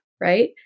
Right